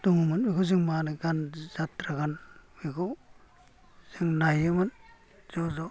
दङमोन बेखौ जों मा होनो जात्रा गान बेखौ जों नायोमोन ज' ज'